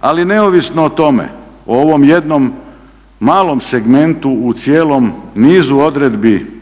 Ali neovisno o tome, o ovom jednom malom segmentu u cijelom nizu odredbi